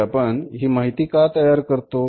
म्हणजे आपण ही माहिती का तयार करतो